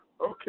okay